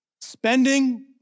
spending